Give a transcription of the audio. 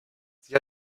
sie